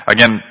Again